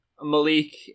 malik